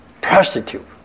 prostitute